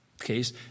case